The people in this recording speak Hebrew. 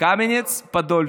קמניץ-פודולסקי.